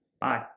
bye